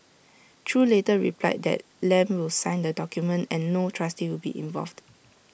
chew later replied that Lam will sign the document and no trustee will be involved